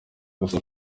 gusa